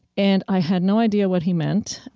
and i had no idea what he meant.